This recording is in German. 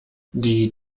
die